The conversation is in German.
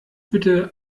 bitte